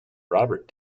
robert